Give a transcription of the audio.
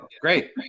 great